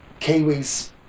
Kiwis